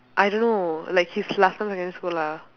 I don't know like his last time secondary school lah